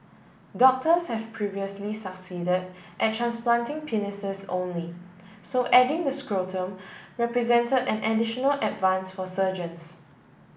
doctors have previously succeed at transplanting penises only so adding the scrotum represent an additional advance for surgeons